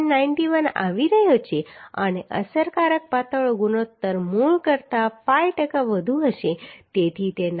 91 આવી રહ્યો છે અને અસરકારક પાતળો ગુણોત્તર મૂળ કરતાં 5 ટકા વધુ હશે તેથી તે 93